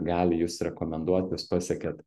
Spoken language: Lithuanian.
gali jus rekomenduot jūs pasiekiat